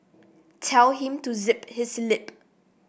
tell him to zip his lip